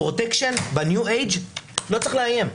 פרוטקשן ב-new edge, לא צריך לאיים.